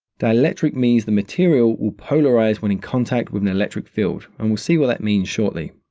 dielectric means the material will polarize when in contact with an electric field, and we'll see what that means shortly.